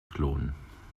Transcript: klonen